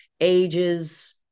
ages